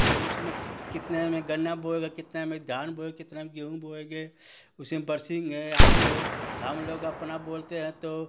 तो उसमें कितने में गन्ना बोएगा कितने में धान बोए कितने में गेहूँ बोएंगे उसी में परसिंग है आलू है त हम लोग अपना बोलते हैं तो